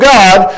God